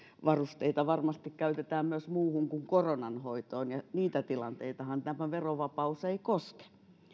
varusteita varmasti käytetään myös muuhun kuin koronan hoitoon ja niitä tilanteitahan tämä verovapaus ei koske